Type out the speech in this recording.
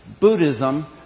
Buddhism